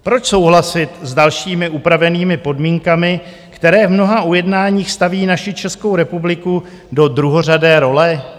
Proč souhlasit s dalšími upravenými podmínkami, které v mnoha ujednáních staví naši Českou republiku do druhořadé role?